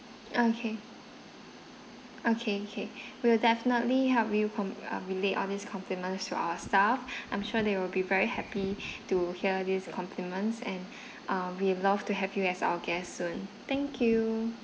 okay okay okay we will definitely help you prom~ uh relay all this compliments to our staff I'm sure they will be very happy to hear this compliments and uh we love to have you as our guest soon thank you